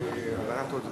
הלבנת הון.